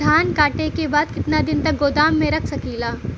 धान कांटेके बाद कितना दिन तक गोदाम में रख सकीला?